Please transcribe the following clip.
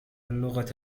اللغة